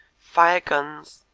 fire guns,